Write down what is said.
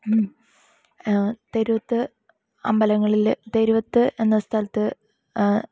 ഉം തേരോത്ത് അമ്പലങ്ങളിൽ തേരോത്ത് എന്ന സ്ഥലത്ത്